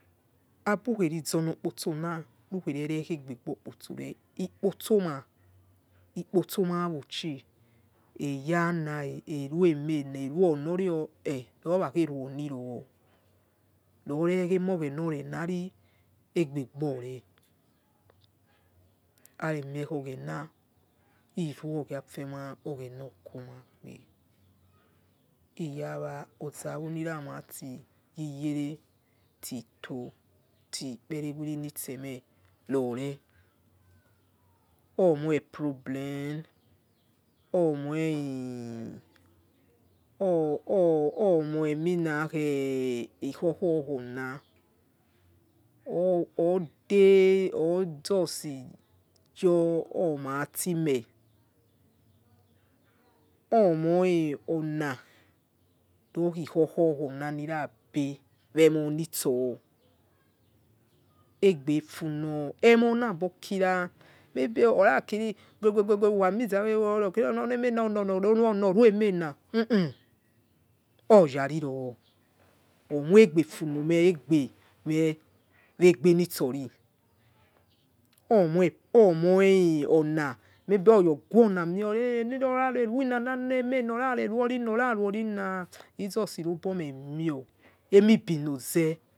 Abukherizonokposona mikherere khegbebokpotso reh ikpotsomah ikpotsomah auchi eyana eruemena ori eh rorakhe roniro rore khemoghena renari egbegbore aremie khoghena iruo gi afemai oghena okumagbe iyawa ozawo nira rati ghiyere tito till ikperuwo rinitseme rore omoi problem omoi or or omoi eminakhe ikhokhokhona or they or just yor omatime omoi ona rorokhekokoebe emonitsor egbefuno emonabo kira maybe orakiri gue gue gue uyaniuza oruemena huhu oyanror omoigbefunome weh egbe nitsori omoi omoi ona maybe oya ghumomior nirorare rue nana eme na oraru orina oraruorina ijesi robo memie emibinoze ro.